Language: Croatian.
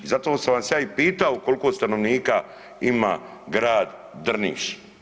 I zato sam vas ja i pitao koliko stanovnika ima grad Drniš.